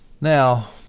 Now